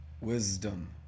wisdom